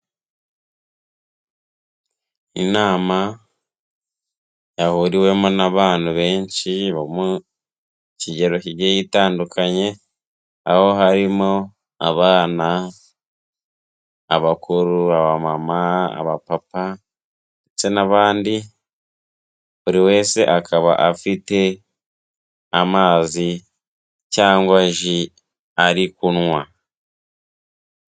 Inama yahuriwemo n'abantu benshi bo mu kigero kigiye gitandukanye aho harimo abana, abakuru, abamama, abapapa ndetse n'abandi, buri wese akaba afite amazi cyangwa ji ari kunywa.